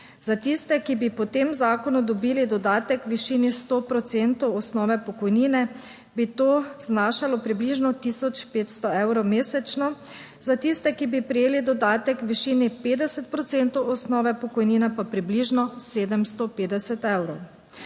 Za tiste, ki bi po tem zakonu dobili dodatek v višini 100 procentov osnove pokojnine bi to znašalo približno 1500 evrov mesečno, za tiste, ki bi prejeli dodatek v višini 50 procentov osnove pokojnine, pa približno 750 evrov.